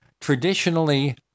traditionally